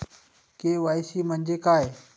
KYC म्हंजे काय?